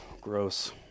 Gross